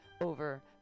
over